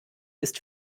ist